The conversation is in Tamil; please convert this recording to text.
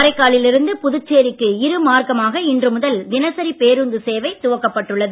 காரைக்காலில் இருந்து புதுச்சேரிக்கு இருமார்க்கமாக இன்று முதல் தினசரி பேருந்து சேவை துவக்கப் பட்டுள்ளது